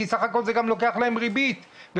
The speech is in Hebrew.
כי בסך הכול זה גם לוקח להם ריבית וזה